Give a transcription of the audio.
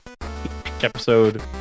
episode